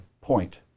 point